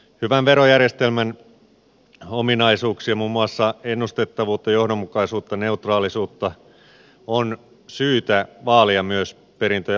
hyvän verojärjestelmän ominaisuuksia muun muassa ennustettavuutta johdonmukaisuutta neutraalisuutta on syytä vaalia myös perintö ja lahjaverotuksessa